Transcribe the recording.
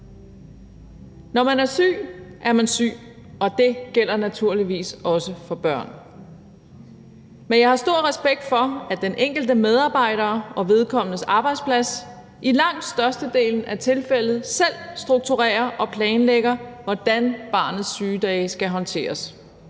Når man er syg, er man syg, og det gælder naturligvis også for børn. Men jeg har stor respekt for, at den enkelte medarbejder og vedkommendes arbejdsplads i langt størstedelen af tilfældene selv strukturerer og planlægger, hvordan barnets sygedage skal håndteres.